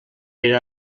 era